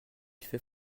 fait